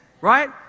right